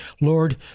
Lord